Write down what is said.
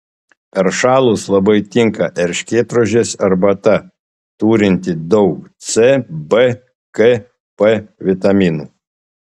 peršalus labai tinka erškėtrožės arbata turinti daug c b k p vitaminų